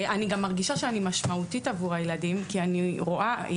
אני גם מרגישה מאוד שאני משמעותית עבור הילדים מהסיבה שאני רואה את